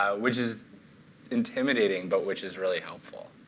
ah which is intimidating, but which is really helpful.